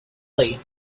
played